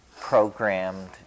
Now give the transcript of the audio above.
programmed